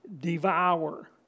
devour